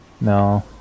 No